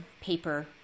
paper